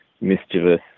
mischievous